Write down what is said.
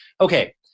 Okay